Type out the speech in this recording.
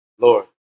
Lord